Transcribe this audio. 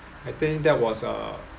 I think that was uh